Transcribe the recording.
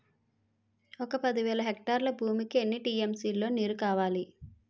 ఒక పది వేల హెక్టార్ల భూమికి ఎన్ని టీ.ఎం.సీ లో నీరు కావాలి?